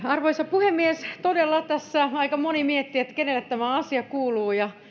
arvoisa puhemies todella tässä aika moni miettii kenelle tämä asia kuuluu ja